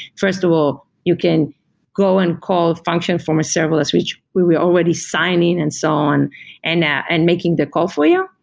first of all, you can go and call function from a serverless, which we we already sign in and so on and yeah and making the call for you.